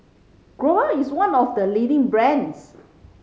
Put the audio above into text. Growell is one of the leading brands